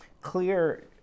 clear